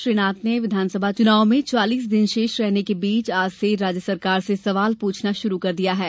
श्री नाथ ने विधानसभा चुनाव में चालीस दिन शेष रहने के बीच आज से राज्य सरकार से सवाल पूछना शुरू किया है